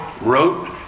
wrote